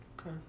Okay